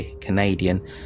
Canadian